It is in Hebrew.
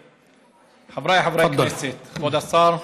חבריי חברי הכנסת, כבוד השר,